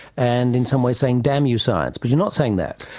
and in some ways saying damn you science. but you're not saying that.